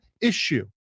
issue